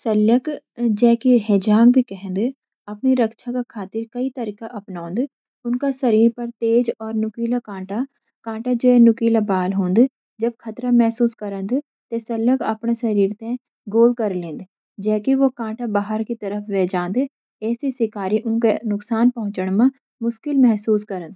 शल्यक, जैंकि हेजहॉग भी कहंद, आपणी रक्षा का खातिर कई तरिकें अपनौंद। उनका शरीर पर तेज औ नुकीले कांटा (कांटा जैं नुकीला बाल) होंद। जब खतरा महसूस करंद, तैं शल्यक आपणी शरीर ते गोल कर लेंद, जैंकि वो कांटा बाहर की तरफ वे जांद। ऐसै शिकारी उनकैं नुकसान पहुंचण म मुश्किल महसूस करंद।